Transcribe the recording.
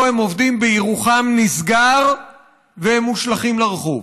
הם עובדים בירוחם נסגר והם מושלכים לרחוב?